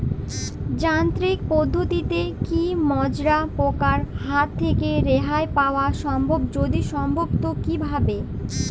যান্ত্রিক পদ্ধতিতে কী মাজরা পোকার হাত থেকে রেহাই পাওয়া সম্ভব যদি সম্ভব তো কী ভাবে?